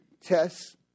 tests